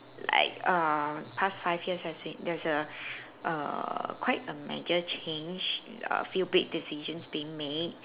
like err past five years has been there's a err quite a major change a few big decisions being made